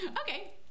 okay